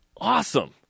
awesome